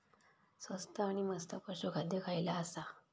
स्वस्त आणि मस्त पशू खाद्य खयला आसा?